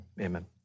Amen